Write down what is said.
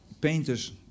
painters